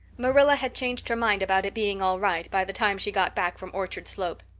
marilla had changed her mind about it being all right by the time she got back from orchard slope.